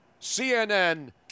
CNN